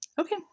Okay